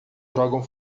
jogam